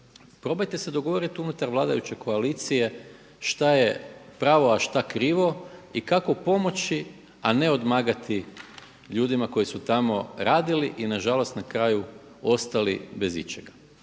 probajte se dogovoriti unutar vladajuće koalicije šta je pravo a šta krivo i kako pomoći a ne odmagati ljudima koji su tamo radili i nažalost na kraju ostali bez ičega.